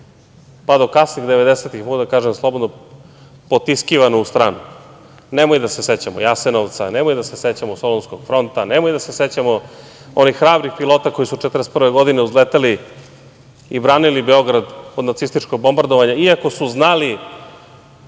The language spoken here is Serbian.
pa do kasnih devedesetih, mogu slobodno da kažem, potiskivano u stranu. Nemoj da se sećamo Jasenovca, nemoj da se sećamo Solunskog fronta, nemoj da se sećamo onih hrabrih pilota koji su 1941. godine uzleteli i branili Beograd od nacističkog bombardovanja, iako su znali